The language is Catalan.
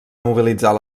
mobilitzar